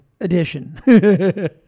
edition